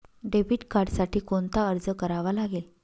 Debit कार्डसाठी कोणता अर्ज करावा लागेल?